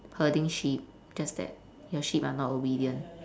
herding sheep just that your sheep are not obedient